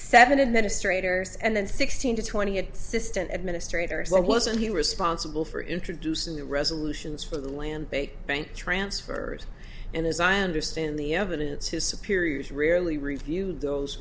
seven administrator and then sixteen to twenty eight system administrators why wasn't he responsible for introducing the resolutions for the land based bank transfers and as i understand the evidence his superiors rarely reviewed those